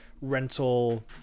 rental